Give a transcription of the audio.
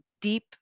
deep